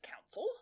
Council